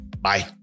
Bye